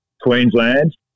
Queensland